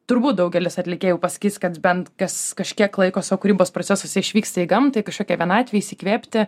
turbūt daugelis atlikėjų pasakys kad bent kas kažkiek laiko savo kūrybos procesuose išvyksta į gamtą į kažkokią vienatvę įsikvėpti